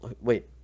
wait